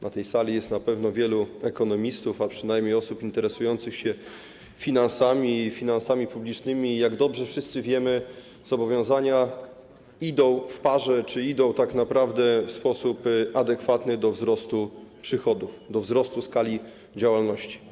Na tej sali jest na pewno wielu ekonomistów, a przynajmniej osób interesujących się finansami i finansami publicznymi i jak wszyscy dobrze wiemy, zobowiązania idą w parze, czy idą tak naprawdę w sposób adekwatny do wzrostu przychodów, do wzrostu skali działalności.